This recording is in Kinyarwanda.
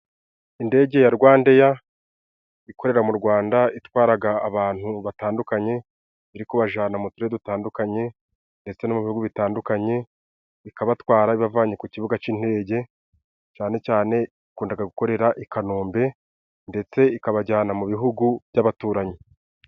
Indege ya Rwandeya ikorera mu Rwanda, itwaraga abantu batandukanye iri kubajana mu turere dutandukanye ndetse no mu bihugu bitandukanye, ikabatwara ibavanye ku kibuga cy'indege cyane cyane yakundaga gukorera i Kanombe ndetse ikabajyana mu bihugu by'abaturanyi.